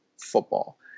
football